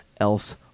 else